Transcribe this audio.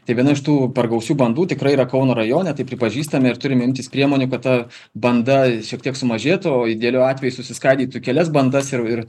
tai viena iš tų gausių bandų tikrai yra kauno rajone tai pripažįstame ir turime imtis priemonių kad ta banda šiek tiek sumažėtų o idealiu atveju susiskaidytų į kelias bandas ir ir